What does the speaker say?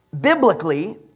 biblically